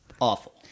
awful